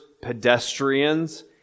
pedestrians